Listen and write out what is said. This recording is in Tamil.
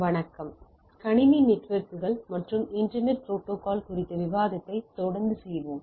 வணக்கம் கணினி நெட்வொர்க்குகள் மற்றும் இன்டர்நெட் புரோட்டோகால் குறித்த விவாதத்தை தொடர்ந்து செய்வோம்